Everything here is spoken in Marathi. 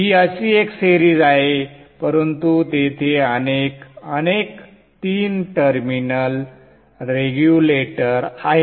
ही अशी एक सेरीज आहे परंतु तेथे अनेक अनेक तीन टर्मिनल रेग्युलेटर आहेत